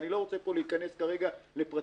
אני לא רוצה להיכנס פה כרגע לפרטים